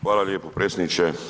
Hvala lijepo predsjedniče.